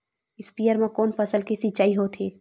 स्पीयर म कोन फसल के सिंचाई होथे?